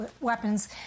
weapons